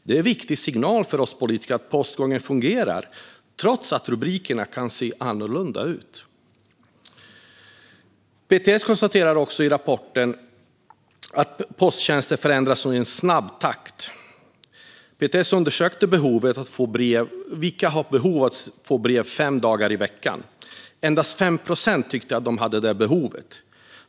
Det är en viktig signal till oss politiker att postgången fungerar trots att rubrikerna kan se annorlunda ut. PTS konstaterar också i rapporten att posttjänster nu förändras i snabb takt. PTS undersökte vilka som har behov av att få brev fem dagar i veckan. Endast 5 procent tyckte att de hade detta behov.